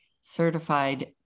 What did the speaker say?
certified